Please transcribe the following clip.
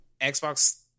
Xbox